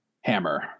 Hammer